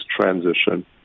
transition